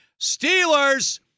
Steelers